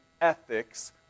ethics